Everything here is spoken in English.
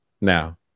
now